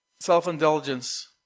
Self-indulgence